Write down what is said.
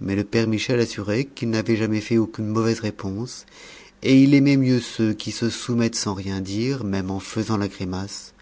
mais le père michel assurait qu'il n'avait jamais fait aucune mauvaise réponse et il aimait mieux ceux qui se soumettent sans rien dire même en faisant la grimace